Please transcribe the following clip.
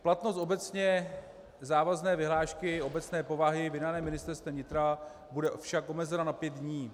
Platnost obecně závazné vyhlášky obecné povahy vydané Ministerstvem vnitra bude však omezena na pět dní.